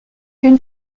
une